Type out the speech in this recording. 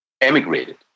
emigrated